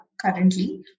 currently